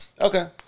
Okay